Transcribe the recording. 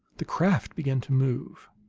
the craft began to move.